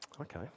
okay